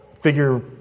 figure